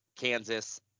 kansas